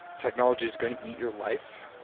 technology is going to eat your life,